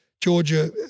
Georgia